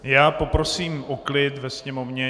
Já poprosím o klid ve sněmovně.